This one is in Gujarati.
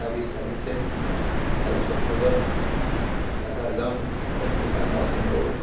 અઠ્ઠયાવીસ તારીખ છે અઠ્ઠયાવીસ ઓક્ટોબર કતારગામ લક્ષ્મીકાંત આશ્રમ રોડ